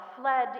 fled